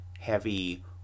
heavy